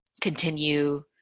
continue